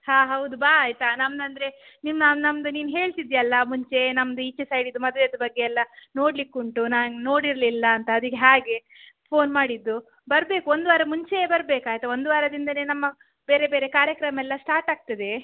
ಹಾಂ ಹೌದು ಬಾ ಆಯಿತಾ ನಮ್ದಂದರೆ ನಿಮ್ಮ ನಮ್ಮದು ನೀನು ಹೇಳ್ತಿದ್ದೆಯೆಲ್ಲಾ ಮುಂಚೆ ನಮ್ಮದು ಈಚೆ ಸೈಡಿದು ಮದುವೆದು ಬಗ್ಗೆಯೆಲ್ಲಾ ನೋಡಲಿಕ್ಕುಂಟು ನಾನು ನೋಡಿರಲಿಲ್ಲ ಅಂತ ಅದಕ್ಕೆ ಹಾಗೆ ಫೋನ್ ಮಾಡಿದ್ದು ಬರಬೇಕು ಒಂದು ವಾರ ಮುಂಚೆಯೇ ಬರಬೇಕಾಯಿತಾ ಒಂದು ವಾರದಿಂದನೇ ನಮ್ಮ ಬೇರೆ ಬೇರೆ ಕಾರ್ಯಕ್ರಮಯೆಲ್ಲಾ ಸ್ಟಾರ್ಟ್ ಆಗ್ತದೆ